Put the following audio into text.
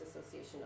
Association